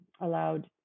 allowed